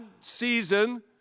season